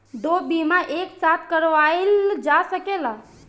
दो बीमा एक साथ करवाईल जा सकेला?